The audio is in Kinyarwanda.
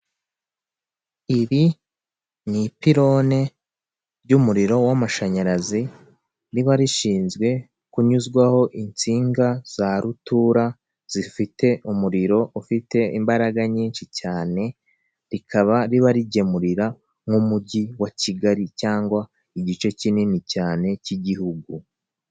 Iri ni ipirone ry'umuriro w'amashanyarazi riba rishinzwe kunyuzwaho insinga za rutura zifite umuriro ufite imbaraga nyinshi cyane, rikaba riba rigemurira nk'umujyi wa Kigali cyangwa igice kinini cyane cy'igihugu.